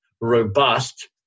robust